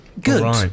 Good